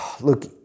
Look